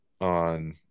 on